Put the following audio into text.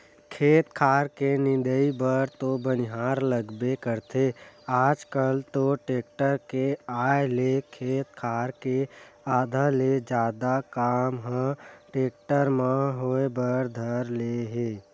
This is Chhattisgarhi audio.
खेत खार के निंदई बर तो बनिहार लगबे करथे आजकल तो टेक्टर के आय ले खेत खार के आधा ले जादा काम ह टेक्टर म होय बर धर ले हे